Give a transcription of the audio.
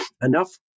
enough